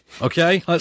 Okay